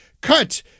cut